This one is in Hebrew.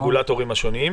מהרגולטורים השונים.